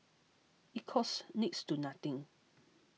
it costs next to nothing